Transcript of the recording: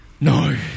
No